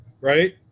right